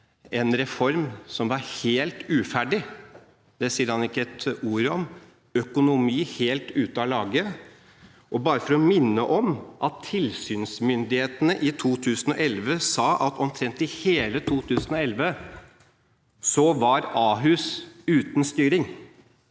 en reform som var helt uferdig, sa han ikke et ord om. Økonomien var helt ute av lage. Og bare for å minne om det – tilsynsmyndighetene sa i 2011 at omtrent i hele 2011 var Ahus uten styring